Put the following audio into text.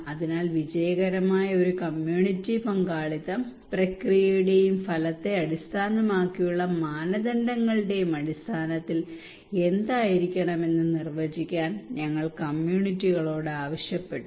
അതിനാൽ വിജയകരമായ ഒരു കമ്മ്യൂണിറ്റി പങ്കാളിത്തം പ്രക്രിയയുടെയും ഫലത്തെ അടിസ്ഥാനമാക്കിയുള്ള മാനദണ്ഡങ്ങളുടെയും അടിസ്ഥാനത്തിൽ എന്തായിരിക്കണം എന്ന് നിർവ്വചിക്കാൻ ഞങ്ങൾ കമ്മ്യൂണിറ്റിയോട് ആവശ്യപ്പെട്ടു